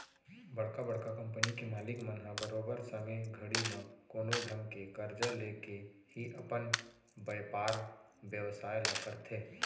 बड़का बड़का कंपनी के मालिक मन ह बरोबर समे घड़ी म कोनो ढंग के करजा लेके ही अपन बयपार बेवसाय ल करथे